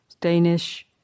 Danish